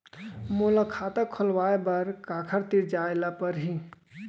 मोला खाता खोलवाय बर काखर तिरा जाय ल परही?